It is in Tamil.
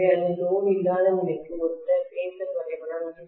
எனவே இது லோடு இல்லாத நிலைக்கு ஒத்த பேஸர் வரைபடம்